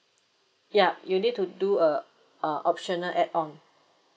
yup you need to do a uh optional add on